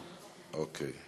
אוקיי.